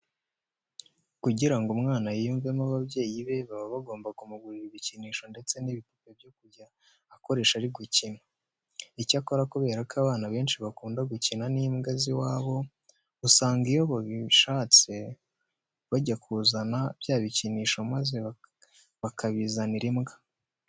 Kugira ngo umwana yiyumvemo ababyeyi be baba bagomba kumugurira ibikinisho ndetse n'ibipupe byo kujya akoresha ari gukina. Icyakora kubera ko abana benshi bakunda gukina n'imbwa z'iwabo, usanga iyo babishatse bajya kuzana bya bikinisho maze bakabizanira imbwa.